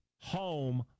home